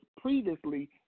previously